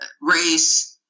race